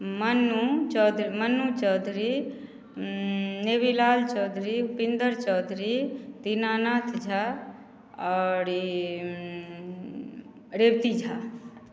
मनू चौधरी नेभिलाल चौधरी उपेन्दर चौधरी दीना नाथ झा आओर ई रेवती झा